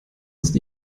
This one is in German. ist